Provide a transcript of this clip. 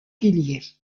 piliers